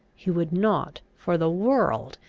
he would not, for the world,